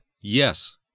Yes